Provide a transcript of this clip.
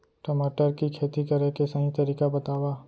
टमाटर की खेती करे के सही तरीका बतावा?